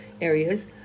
areas